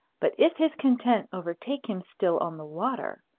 but if his content overtake him still on the water,